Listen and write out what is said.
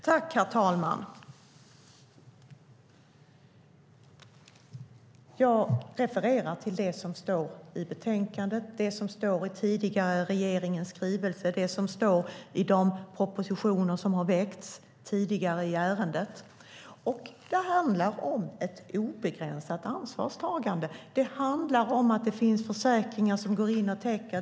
Herr talman! Jag refererar till det som står i betänkandet, i regeringens skrivelse och i tidigare propositioner i ärendet. Det handlar om ett obegränsad ansvarstagande. Det handlar om att det finns försäkringar som går in och täcker.